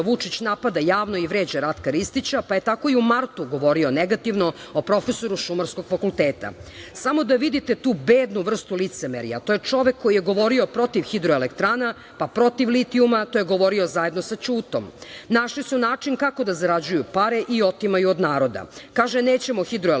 Vučić napada javno i vređa Ratka Ristića, pa je tako i u martu govorio negativno o profesoru Šumarskog fakulteta. „Samo da vidite tu bednu vrstu licemerja. To je čovek koji je govorio protiv hidroelektrana, pa protiv litijuma. To je govorio zajedno sa Ćutom. Našli su način kako da zarađuju pare i otimaju od naroda“, kaže, „nećemo hidroelektrane,